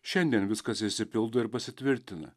šiandien viskas išsipildo ir pasitvirtina